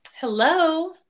Hello